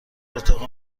اتاق